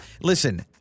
listen